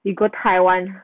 we go taiwan